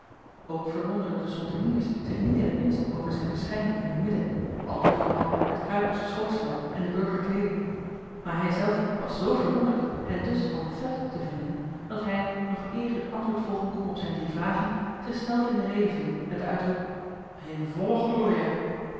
ook verwonderden de soldeniers zich niet in t minst over zijne verschijning in hun midden al droeg de man het kuipersschootsvel en de burgerkleeding maar hij zelf was z verwonderd hen dus en fête te vinden dat hij nog eer er antwoord volgen kon op zijne drie vragen zich zelf in de rede viel met den uitroep in volle glorie